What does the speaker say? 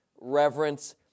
reverence